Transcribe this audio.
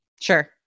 Sure